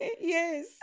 Yes